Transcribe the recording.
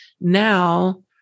now